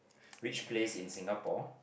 which place in Singapore